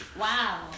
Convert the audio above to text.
Wow